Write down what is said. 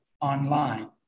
online